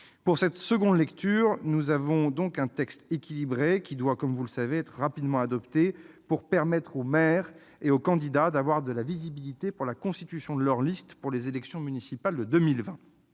Pour cette deuxième lecture, nous avons donc un texte équilibré qui doit, comme vous le savez, être rapidement adopté pour permettre aux maires et aux candidats d'avoir de la visibilité en ce qui concerne la constitution de leurs listes pour les élections municipales de 2020.